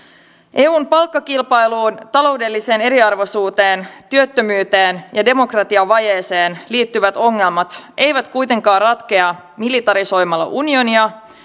eun palkkakilpailuun taloudelliseen eriarvoisuuteen työttömyyteen ja demokratiavajeeseen liittyvät ongelmat eivät kuitenkaan ratkea militarisoimalla unionia